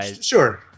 Sure